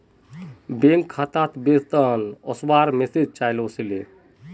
bank खातात वेतन वस्वार मैसेज चाइल ओसीले